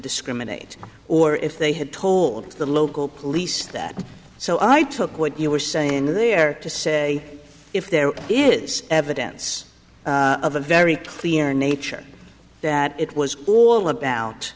discriminate or if they had told the local police that so i took what you were saying there to say if there is evidence of a very clear nature that it was all a